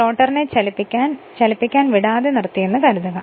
റോട്ടറിനെ ചലിപ്പിക്കാൻ വിടാതെ നിർത്തിയെന്നു കരുതുക